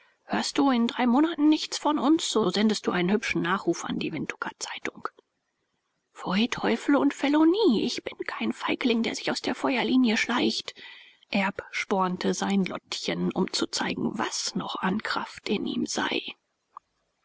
hörst du in drei monaten nichts von uns so sendest du einen hübschen nachruf an die windhuker zeitung pfui teufel und felonie ich bin kein feigling der sich aus der feuerlinie schleicht erb spornte sein lottchen um zu zeigen was noch an kraft in ihm sei